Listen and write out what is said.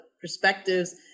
perspectives